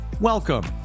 Welcome